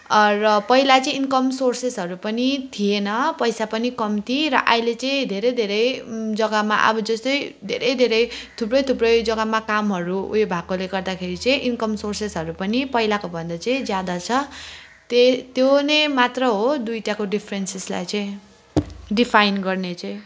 र पहिला चाहिँ इन्कम सोर्सेसहरू पनि थिएन पैसा पनि कम्ती र अहिले चाहिँ धेरै धेरै जग्गामा अब जस्तै धेरै धेरै थुप्रै थुप्रै जग्गामा कामहरू उयो भएकोले गर्दाखेरि चाहिँ इन्कम सोर्सेसहरू पनि पहिलाको भन्दा चाहिँ ज्यादा छ त्य त्यो नै मात्र हो दुईवटाको डिफरेन्सेसलाई चाहिँ डिफाइन गर्ने चाहिँ